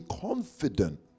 confident